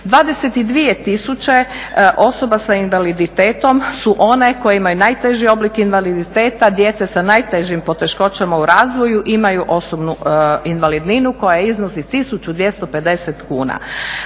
tisuće osoba sa invaliditetom su one koje imaju najteži oblik invaliditeta, djeca sa najtežim poteškoćama u razvoju imaju osobnu invalidninu koja iznosi 1250 kuna.